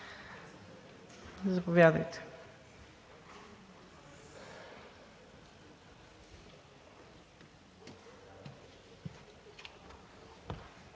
Заповядайте.